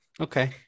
Okay